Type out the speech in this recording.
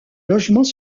logements